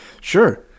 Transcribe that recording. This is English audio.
Sure